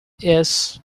yes